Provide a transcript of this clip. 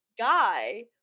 guy